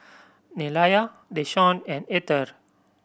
Nelia Deshaun and Etter